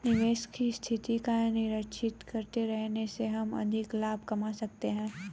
निवेश की स्थिति का निरीक्षण करते रहने से हम अधिक लाभ कमा सकते हैं